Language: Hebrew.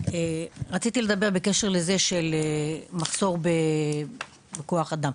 רציתי לדבר בקשר לזה למחסור בכוח אדם.